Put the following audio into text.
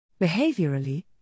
Behaviorally